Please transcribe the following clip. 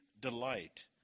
delight